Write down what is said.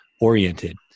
oriented